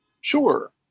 Sure